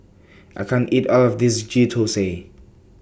I can't eat All of This Ghee Thosai